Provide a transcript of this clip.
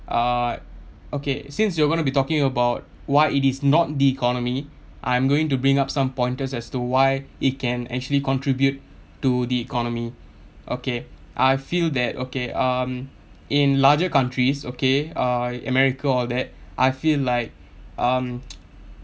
uh okay since you are gonna be talking about why it is not the economy I'm going to bring up some pointers as to why it can actually contribute to the economy okay I feel that okay um in larger countries okay uh in america all that I feel like um